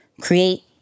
create